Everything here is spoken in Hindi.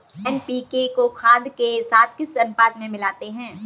एन.पी.के को खाद के साथ किस अनुपात में मिलाते हैं?